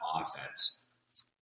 offense